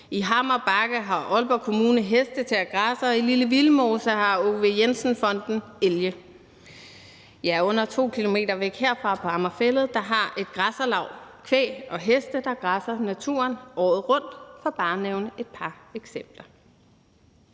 I Hammer Bakker har Aalborg Kommune heste til at græsse, og i Lille Vildmose har Aage V. Jensen Naturfond elge. Og under 2 km væk herfra på Amager Fælled har et græsserlaug kvæg og heste, der græsser i naturen året rundt – for bare at nævne et par eksempler.